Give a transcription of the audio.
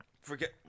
Forget